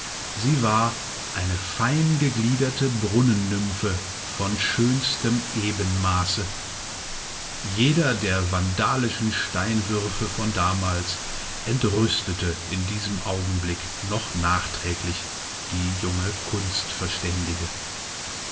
sie war eine feingegliederte brunnennymphe vom schönsten ebenmaße jeder der vandalischen steinwürfe von damals entrüstete in diesem augenblick noch nachträglich die junge